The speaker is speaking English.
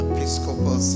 Episcopal